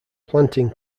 planting